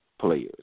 players